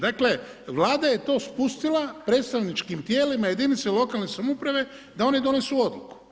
Dakle, Vlada je to spustila predstavničkim tijelima jedinica lokalne samouprave da oni donesu odluku.